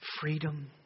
freedom